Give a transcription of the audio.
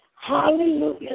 Hallelujah